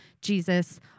Jesus